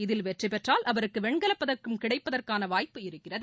இதில் வெற்றிடெற்றால் அவருக்கு வெண்கலப்பதக்கம் கிடைப்பதற்கான வாய்ப்பு இருக்கிறது